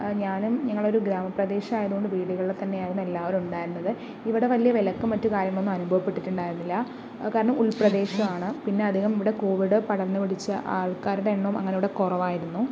ഞാനും ഞങ്ങളൊരു ഗ്രാമപ്രദേശം ആയതുകൊണ്ട് വീടുകളിൽ തന്നെയായിരുന്നു എല്ലാവരും ഉണ്ടായിരുന്നത് ഇവിടെ വലിയ വിലക്കും മറ്റു കാര്യങ്ങളും ഒന്നും അനുഭവപ്പെട്ടിട്ടുണ്ടായിരുന്നില്ല കാരണം ഉൾപ്രദേശമാണ് പിന്നെ അധികം ഇവിടെ കോവിഡ് പടർന്നു പിടിച്ച ആൾക്കാരുടെ എണ്ണവും അങ്ങനെ ഇവിടെ കുറവായിരുന്നു